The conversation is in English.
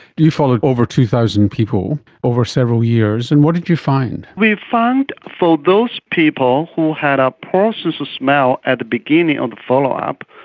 you followed over two thousand people over several years and what did you find? we found for those people who had a poor sense of smell at the beginning of the follow-up,